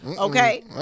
okay